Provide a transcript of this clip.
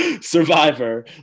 Survivor